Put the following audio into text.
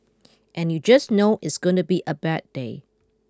and you just know it's gonna be a bad day